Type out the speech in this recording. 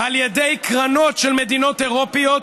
על ידי קרנות של מדינות אירופיות,